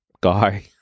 guy